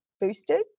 boosted